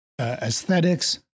aesthetics